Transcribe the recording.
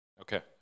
Okay